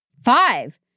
Five